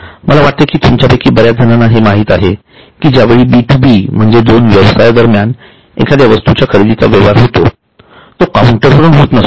मला वाटते कि तुमच्या पैकी बऱ्याच जणांना हे माहित आहे कि ज्यावेळी बी 2 बी म्हणजे दोन व्यवसायादरम्यान एखाद्या वस्तूच्या खरेदीचा व्यवहार होतो तो काउंटरवरून होत नसतो